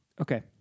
Okay